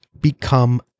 become